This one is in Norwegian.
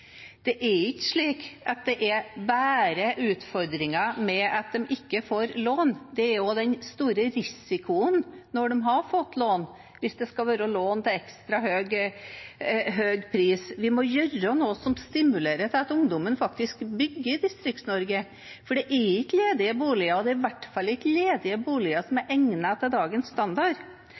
Det er ikke slik at det er bare utfordringer med at de ikke får lån, det er også den store risikoen når de har fått lån, hvis det skal være lån til ekstra høy pris. Vi må gjøre noe som stimulerer til at ungdommen faktisk vil bygge i Distrikts-Norge, for det er ikke ledige boliger. Det er i hvert fall ikke ledige boliger som er egnet etter dagens standard.